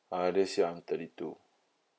uh this year I'm thirty two